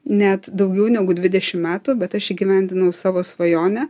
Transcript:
net daugiau negu dvidešimt metų bet aš įgyvendinau savo svajonę